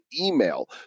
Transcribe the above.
email